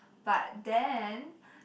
but then